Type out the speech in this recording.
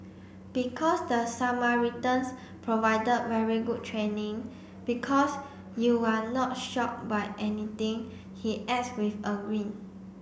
because the Samaritans provided very good training because you're not shocked by anything he adds with a grin